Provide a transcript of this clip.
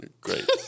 Great